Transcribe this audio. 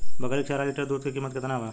बकरी के चार लीटर दुध के किमत केतना बा?